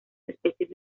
especies